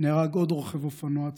נהרג עוד רוכב אופנוע,